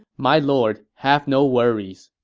my lord, have no worries.